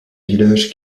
village